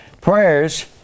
Prayers